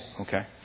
Okay